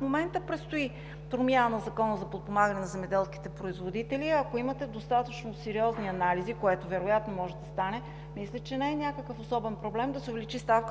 момента предстои промяна в Закона за подпомагане на земеделските производители, и ако имате достатъчно сериозни анализи, което вероятно може да стане, мисля, че не е някакъв особен проблем да се увеличи ставката.